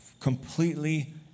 completely